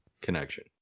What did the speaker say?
connection